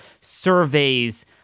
surveys